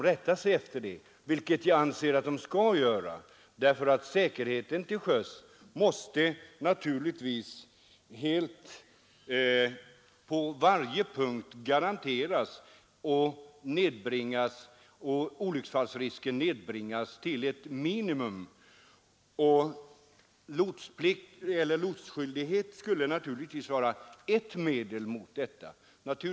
Jag anser dessutom att de bör anlita lots, eftersom säkerheten till sjöss måste garanteras i varje avseende och olycksfallsrisken nedbringas till ett minimum. Lotsskyldighet skulle naturligtvis vara ett medel i detta strävande.